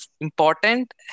important